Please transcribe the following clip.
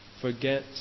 Forget